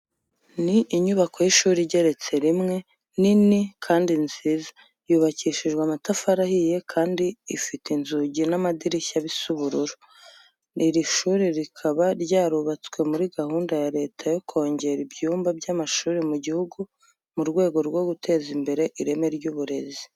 Ni inyubako y'ishuri igeretse rimwe, nini kandi nziza, yubakishijwe amatafari ahiye kandi ifite inzugi n'amadirishya bisa ubururu. Iri shuri rikaba ryarubatswe muri gahunda ya Leta yo kongera ibyumba by'amashuri mu gihugu mu rwego rwo guteza imbere ireme ry'uburezi.